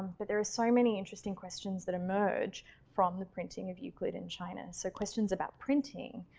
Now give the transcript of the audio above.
but there are so many interesting questions that emerge from the printing of euclid in china. so questions about printing.